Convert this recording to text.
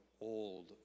old